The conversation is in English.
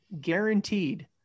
guaranteed